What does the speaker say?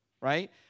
right